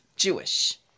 Jewish